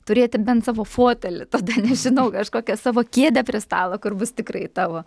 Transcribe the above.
turėti bent savo fotelį tada nežinau kažkokią savo kėdę prie stalo kur bus tikrai tavo